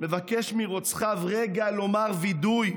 מבקש מרוצחיו רגע לומר וידוי.